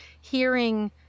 hearing